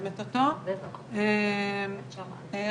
אני התעוררתי בגיל 36,